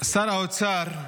-- שר האוצר,